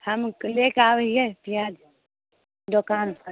हम उके लेके आबै हियै पिआज दोकान पर